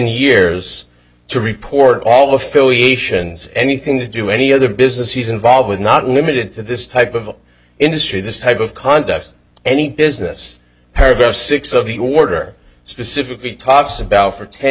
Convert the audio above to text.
years to report all affiliations anything to do any other business he's involved with not limited to this type of industry this type of conduct any business paragraph six of the order specifically talks about for ten